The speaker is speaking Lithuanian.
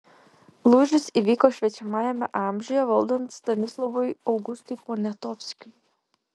lūžis įvyko šviečiamajame amžiuje valdant stanislovui augustui poniatovskiui